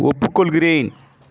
ஒப்புக்கொள்கிறேன்